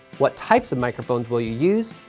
what types of microphones will you use,